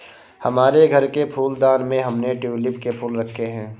हमारे घर के फूलदान में हमने ट्यूलिप के फूल रखे हैं